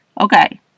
Okay